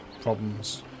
problems